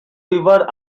river